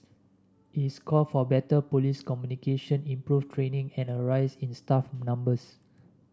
its called for better police communication improved training and a rise in staff numbers